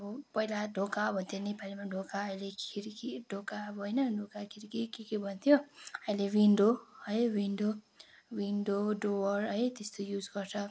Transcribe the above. अब पहिला ढोका भन्थे नेपालीमा ढोका अहिले खिड्की ढोका अब होइन ढोका खिड्की के के भन्थ्यो अहिले विन्डो है विन्डो विन्डो डोअर है त्यस्तो युज गर्छ